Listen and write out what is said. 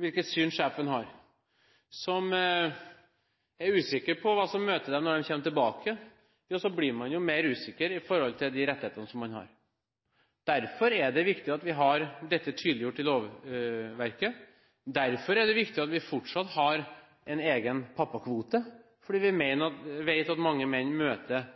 hvilket syn sjefen har, for folk som er usikre på hva som møter dem når de kommer tilbake til jobb, betyr det at de blir mer usikre med tanke på hvilke rettigheter de har. Derfor er det viktig at vi har dette tydeliggjort i lovverket, derfor er det viktig at vi fortsatt har en egen pappakvote, fordi vi vet at mange menn møter